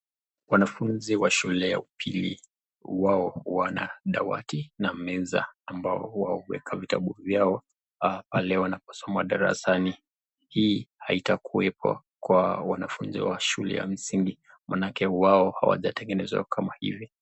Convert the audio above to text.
Wanafunzi wa shule ya upili, wao wana dawati na meza ambao wao huweka vitabu vyao pale wanaposoma darasani, hii haitakuwepo kwa wanafunzi wa shule ya msingi, manake wao hawajatengenezewa kama hivi.